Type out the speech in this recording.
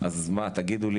אז תגידו לי,